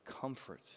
comfort